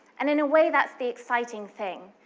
and in a way that's the exciting thing,